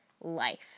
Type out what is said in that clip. life